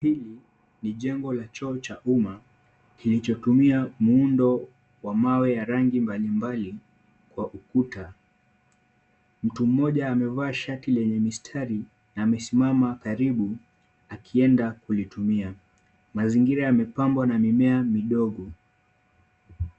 Hili ni jengo la choo cha umma kilichotumia muundo wa mawe ya rangi mbalimbali kwa ukuta, mtu mmoja amevaa shati lenye mistari na amesimama karibu akienda kulitumia, mazingira yamepambwa na mimea ndogo.